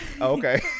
Okay